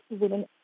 women